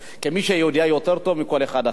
כמי שיודע יותר טוב מכל אחד אחר מאתנו.